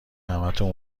همتون